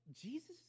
Jesus